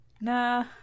Nah